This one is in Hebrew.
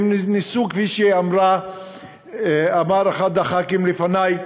הם ניסו, כפי שאמר אחד מחברי הכנסת לפני,